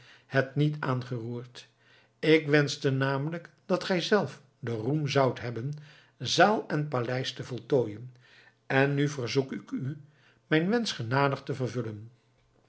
het niet aangeroerd ik wenschte namelijk dat gijzelf den roem zoudt hebben zaal en paleis te voltooien en nu verzoek ik u mijn wensch genadig te vervullen